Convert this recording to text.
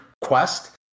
quest